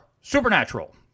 supernatural